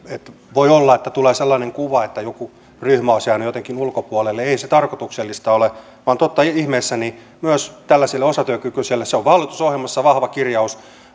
voi olla että tulee sellainen kuva että joku ryhmä olisi jäänyt jotenkin ulkopuolelle ei se tarkoituksellista ole vaan totta ihmeessä myös tällaisille osatyökykyisille hallitusohjelmassa on vahva kirjaus